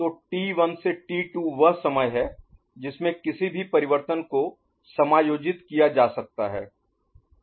तो t1 से t2 वह समय है जिसमें किसी भी परिवर्तन को समायोजित किया जा सकता है